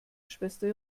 schwester